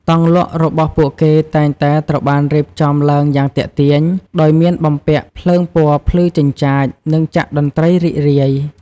តង់លក់របស់ពួកគេតែងតែត្រូវបានរៀបចំឡើងយ៉ាងទាក់ទាញ ដោយមានបំពាក់ភ្លើងពណ៌ភ្លឺចិញ្ចាច និងចាក់តន្ត្រីរីករាយ។